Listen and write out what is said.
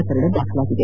ಪ್ರಕರಣ ದಾಖಲಾಗಿದೆ